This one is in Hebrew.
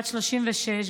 בת 36,